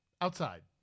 Outside